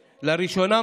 לראשונה,